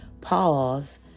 pause